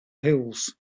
hills